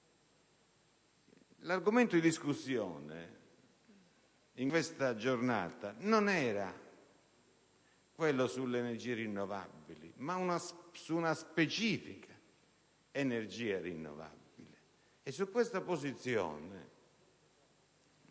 L'argomento in discussione in questa giornata non era quello delle energie rinnovabili, ma di una specifica energia rinnovabile,